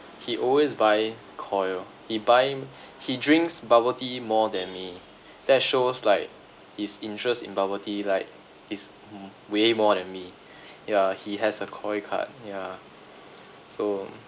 he always buy Koi he buy he drinks bubble tea more than me that shows like his interest in bubble tea like is mm way more than me ya he has a Koi card ya so